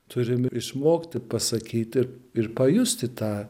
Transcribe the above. turim išmokti pasakyti ir pajusti tą